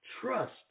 Trust